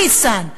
ניסן,